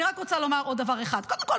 אני רק רוצה לומר עוד דבר אחד: קודם כול,